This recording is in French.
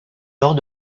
lors